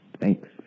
Thanks